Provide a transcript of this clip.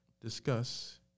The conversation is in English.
discuss